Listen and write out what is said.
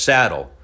Saddle